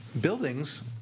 buildings